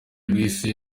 rw’isi